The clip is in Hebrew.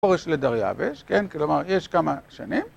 כורש לדריווש, כן, כלומר יש כמה שנים